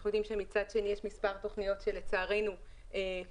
אנחנו יודעים מצד שני שיש מספר תוכנית שלצערנו קוצצו,